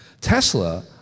Tesla